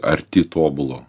arti tobulo